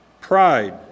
pride